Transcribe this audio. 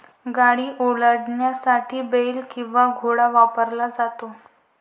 गाडी ओढण्यासाठी बेल किंवा घोडा वापरला जातो